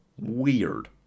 Weird